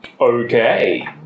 Okay